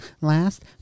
last